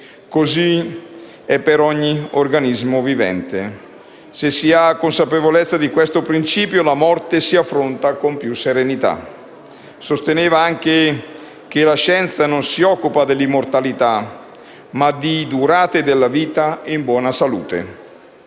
così è per ogni organismo vivente. Se si ha consapevolezza di questo principio, la morte si affronta con più serenità. Egli sosteneva anche che la scienza non si occupa dell'immortalità, ma di durate della vita in buona salute.